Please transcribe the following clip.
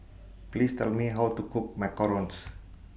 Please Tell Me How to Cook Macarons